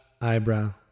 eyebrow